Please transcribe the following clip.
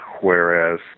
whereas